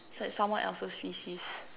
it's like someone else's feces